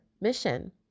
mission